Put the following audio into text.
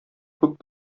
күп